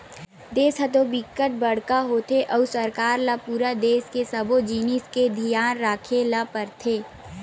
देस ह तो बिकट बड़का होथे अउ सरकार ल पूरा देस के सब्बो जिनिस के धियान राखे ल परथे